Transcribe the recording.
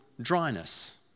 dryness